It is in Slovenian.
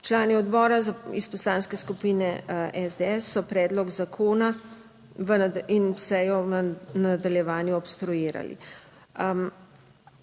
Člani odbora iz Poslanske skupine SDS so predlog zakona in se jo v nadaljevanju obstruirali.